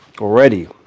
already